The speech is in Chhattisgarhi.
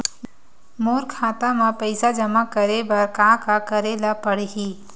मोर खाता म पईसा जमा करे बर का का करे ल पड़हि?